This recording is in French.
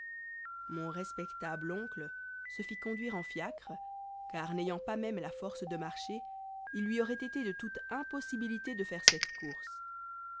mon respectable oncle se fit conduire en fiacre car n'ayant pas même la force de marcher il lui aurait été de toute impossibilité de faire cette course